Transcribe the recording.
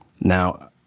Now